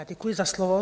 Děkuji za slovo.